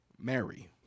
Mary